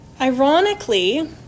Ironically